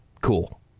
Cool